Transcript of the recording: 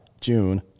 June